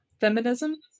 feminism